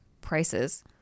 prices